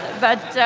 but